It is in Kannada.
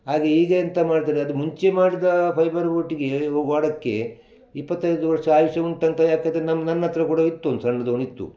ಹಾಗೆ ಈಗ ಎಂತ ಮಾಡ್ತಾರೆ ಅದು ಮುಂಚೆ ಮಾಡಿದ ಫೈಬರ್ ಬೋಟಿಗೆ ವಾಡಕ್ಕೆ ಇಪ್ಪತ್ತೈದು ವರ್ಷ ಆಯುಷ್ಯ ಉಂಟಂತ ಯಾಕೆಂದರೆ ನಮ್ಮ ನನ್ನ ಹತ್ರ ಕೂಡ ಇತ್ತು ಒಂದು ಸಣ್ಣ ದೋಣಿ ಇತ್ತು